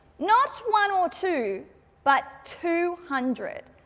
not one or two but two hundred.